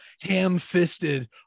ham-fisted